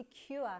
secure